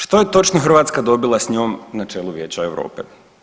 Što je točno Hrvatska dobila s njom na čelu Vijeća Europe?